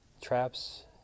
traps